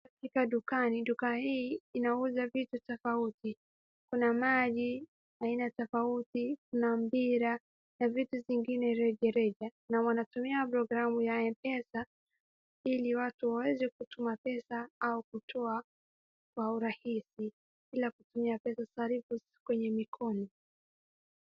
Katika dukani. Duka hii inauza vitu tofauti. Kuna maji aina tofauti, kuna mpira, na vitu vingine rejareja, na wanatumia programu ya M-pesa ili watu waeze kutuma pesa, au kutoa kwa urahisi bila kutumia pesa sarifu kwenye mikono.